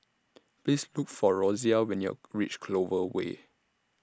Please Look For Rosia when YOU REACH Clover Way